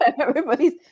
everybody's